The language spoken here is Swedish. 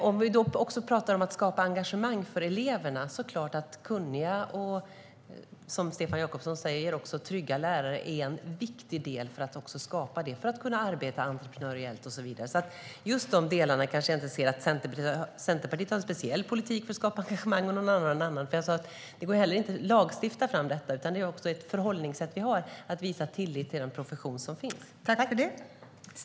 Om vi också talar om att skapa engagemang för eleverna är det klart att kunniga och trygga lärare, som Stefan Jakobsson talar om, är en viktig del för att skapa det och för att lärarna ska kunna arbeta entreprenöriellt och så vidare. När det gäller just dessa delar kanske jag inte ser att Centerpartiet har en speciell politik jämfört med andra för att skapa engagemang. Men som jag sa går det inte heller att lagstifta fram detta. Det är ett förhållningssätt som vi har att visa tillit till den profession som finns.